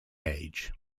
age